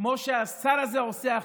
כמו שהשר הזה עושה עכשיו.